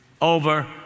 over